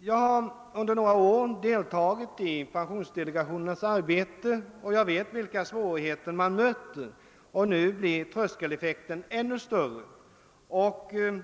Jag har under några år deltagit i pensionsdelegationens arbete, och jag vet vilka svårigheter man möter. Nu blir tröskeleffekten ännu större.